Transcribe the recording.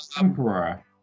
Emperor